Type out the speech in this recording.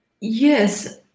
Yes